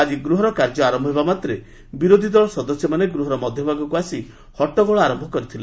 ଆଙ୍କି ଗୃହର କାର୍ଯ୍ୟ ଆରମ୍ଭ ହେବା ମାତ୍ରେ ବିରୋଧୀ ଦଳ ସଦସ୍ୟମାନେ ଗୃହର ମଧ୍ୟଭାଗକୁ ଆସି ହଟ୍ଟଗୋଳ ଆରମ୍ଭ କରିଥିଲେ